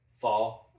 Fall